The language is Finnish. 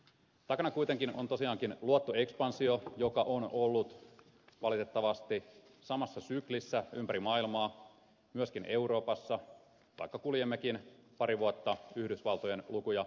takana kuitenkin on tosiaankin luottoekspansio joka on ollut valitettavasti samassa syklissä ympäri maailmaa myöskin euroopassa vaikka kuljemmekin pari vuotta yhdysvaltojen lukuja jäljessä